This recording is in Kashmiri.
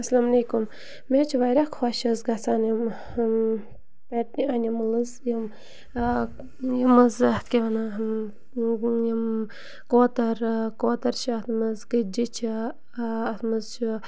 اَسَلام علیکُم مےٚ حظ چھِ واریاہ خۄش حظ گَژھان یِم پٮ۪ٹ اینِمٕلٕز یِم یِم حظ اَتھ کیٛاہ وَنان یِم کوتَر کوتَر چھِ اَتھ منٛز کٔتجہِ چھِ اَتھ منٛز چھِ